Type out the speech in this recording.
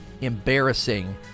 embarrassing